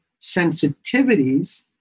sensitivities